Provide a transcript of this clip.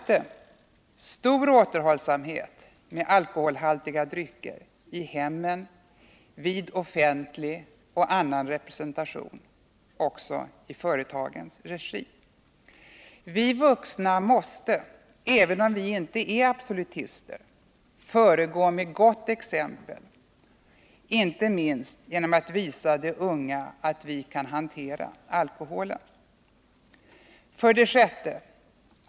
Stor återhållsamhet med alkoholhaltiga drycker i hemmen, vid offentlig och annan representation, också i företagens regi. Vi vuxna måste, även om vi inte är absolutister, föregå med gott exempel, inte minst genom att visa de unga att vi kan hantera alkoholen på ett ansvarsfullt sätt. 6.